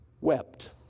wept